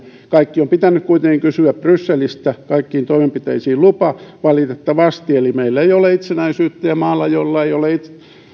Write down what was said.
kaikki on pitänyt kuitenkin kysyä brysselistä kaikkiin toimenpiteisiin lupa valitettavasti eli meillä ei ole itsenäisyyttä ja maalla jolla ei ole